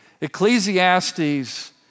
Ecclesiastes